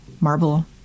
marble